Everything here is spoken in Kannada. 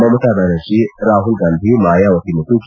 ಮಮತಾ ಬ್ಯಾನರ್ಜಿ ರಾಹುಲ್ ಗಾಂಧಿ ಮಾಯಾವತಿ ಮತ್ತು ಕೆ